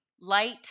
light